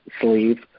sleeve